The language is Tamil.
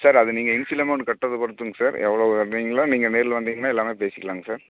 சார் அது நீங்கள் இன்ஷியல் அமௌண்ட் கட்டுறத பொறுத்துங்க சார் எவ்வளவு நீங்களாக நீங்கள் நேரில் வந்தீங்கன்னா எல்லாமே பேசிக்கலாங்க சார்